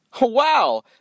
Wow